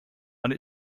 and